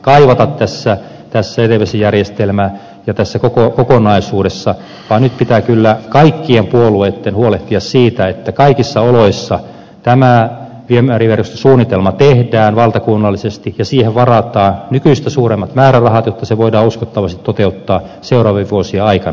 ei tässä jätevesijärjestelmäkokonaisuudessa enää uutta farssia kaivata vaan nyt pitää kyllä kaikkien puolueitten huolehtia siitä että kaikissa oloissa tämä viemäriverkostosuunnitelma tehdään valtakunnallisesti ja siihen varataan nykyistä suuremmat määrärahat jotta se voidaan uskottavasti toteuttaa seuraavien vuosien aikana